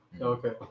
Okay